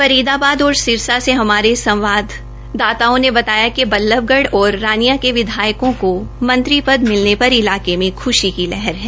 फरीदाबाद और सिरसा से हमारे संवाददाताओं ने बताया कि बल्लभगढ़ और रानिया के विधायकों को मंत्री पद मिलने पर इलाके में ख्शी की लहर है